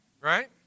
Right